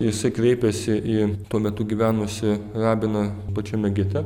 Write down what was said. jisai kreipėsi į tuo metu gyvenusį rabiną pačiame gete